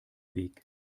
weg